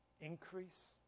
increase